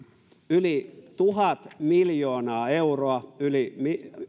yli tuhat miljoonaa euroa yli